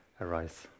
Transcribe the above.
arise